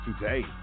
Today